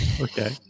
Okay